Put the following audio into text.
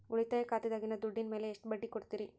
ಉಳಿತಾಯ ಖಾತೆದಾಗಿನ ದುಡ್ಡಿನ ಮ್ಯಾಲೆ ಎಷ್ಟ ಬಡ್ಡಿ ಕೊಡ್ತಿರಿ?